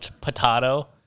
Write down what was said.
potato